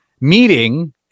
meeting